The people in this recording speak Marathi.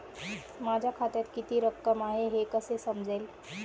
माझ्या खात्यात किती रक्कम आहे हे कसे समजेल?